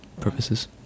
purposes